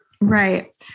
Right